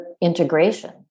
integration